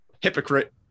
hypocrite